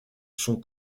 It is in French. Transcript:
sont